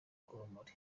urumuri